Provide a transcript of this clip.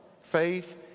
Faith